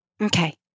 Okay